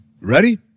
ready